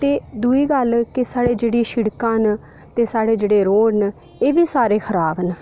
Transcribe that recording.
ते दूई गल्ल केह् जेह्ड़ी साढ़ी शिड़कां न ते जेह्ड़े साढ़े रोड़ न एह् ते सारे खराब न